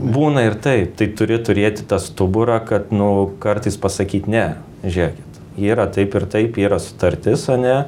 būna ir taip tai turi turėti tą stuburą kad nu kartais pasakyt ne žėkit yra taip ir taip yra sutartis ane